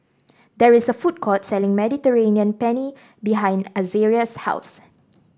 there is a food court selling Mediterranean Penne behind Azaria's house